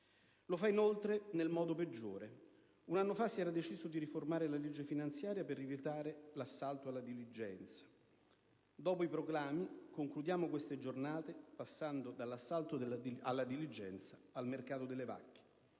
Lo fa inoltre nel modo peggiore. Un anno fa si era deciso di riformare la legge finanziaria per evitare l'assalto alla diligenza. Dopo i proclami concludiamo queste giornate passando dall'assalto alla diligenza al mercato delle vacche.